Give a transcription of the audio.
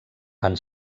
van